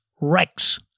Rex